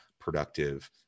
productive